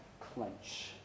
clench